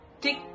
Tick